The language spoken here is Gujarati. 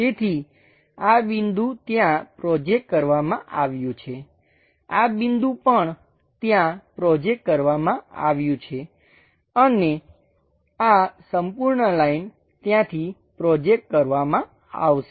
તેથી આ બિંદુ ત્યાં પ્રોજેકટ કરવામાં આવ્યું છે આ બિંદુ પણ ત્યાં પ્રોજેકટ આવ્યું છે અને આ સંપૂર્ણ લાઈન ત્યાંથી પ્રોજેકટ કરવામાં આવશે